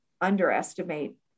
underestimate